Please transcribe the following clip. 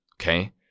okay